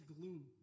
gloom